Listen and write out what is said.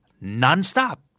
non-stop